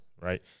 right